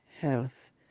health